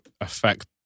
affect